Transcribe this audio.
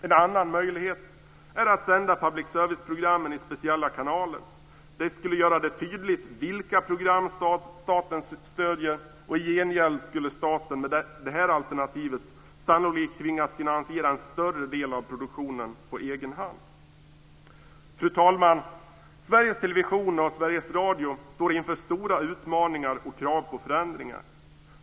En annan möjlighet är att sända public service-programmen i speciella kanaler. Det skulle göra det tydligt vilka program staten stöder, och i gengäld skulle staten med det alternativet sannolikt tvingas finansiera en större del av produktionen på egen hand. Fru talman! Sveriges Television och Sveriges Radio står inför stora utmaningar och krav på förändringar.